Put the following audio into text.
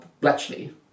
Bletchley